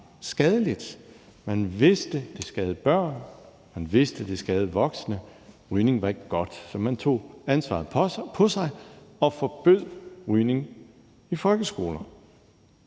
skadeligt. Man vidste, at det skadede børn, og man vidste, at det skadede voksne. Rygning var ikke godt, så man tog ansvaret på sig og forbød rygning i folkeskolen.